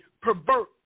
pervert